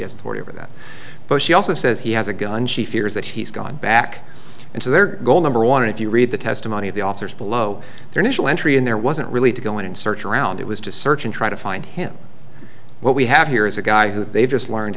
order that but she also says he has a gun she fears that he's gone back into their goal number one if you read the testimony of the authors below their initial entry in there wasn't really to go in and search around it was to search and try to find him what we have here is a guy who they just learned